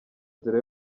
nzira